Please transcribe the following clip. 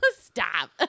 Stop